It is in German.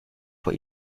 vor